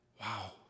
Wow